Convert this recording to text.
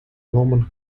roman